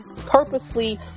purposely